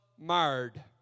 marred